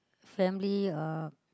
family uh